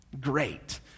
great